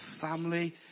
family